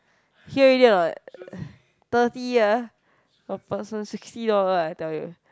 hear already or not thirty ya per person sixty dollar I tell you